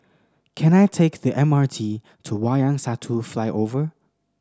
can I take the M R T to Wayang Satu Flyover